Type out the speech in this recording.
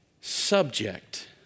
subject